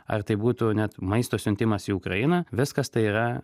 ar tai būtų net maisto siuntimas į ukrainą viskas tai yra